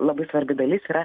labai svarbi dalis yra